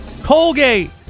Colgate